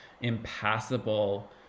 impassable